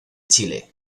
chile